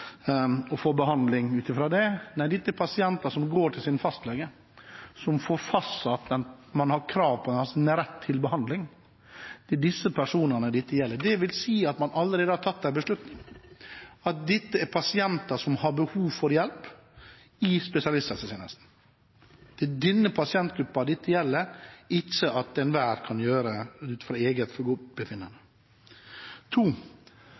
og få behandling ut fra det. Nei, dette er pasienter som går til sin fastlege, og som får fastsatt det man har krav på, altså en rett til behandling. Det er disse personene dette gjelder. Det vil si at man allerede har tatt en beslutning om at dette er pasienter som har behov for hjelp i spesialisthelsetjenesten. Det er denne pasientgruppen det gjelder, ikke at enhver kan få det etter eget forgodtbefinnende. For